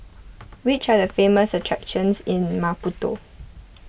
which are the famous attractions in Maputo